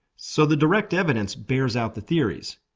so the direct evidence bears out the theories.